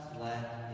let